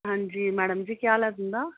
हां जी मैडम जी के हाल ऐ तुं'दा